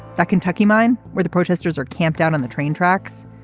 that kentucky mine where the protesters are camped out on the train tracks.